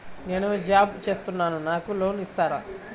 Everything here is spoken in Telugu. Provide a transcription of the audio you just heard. నేను జాబ్ చేస్తున్నాను నాకు లోన్ ఇస్తారా?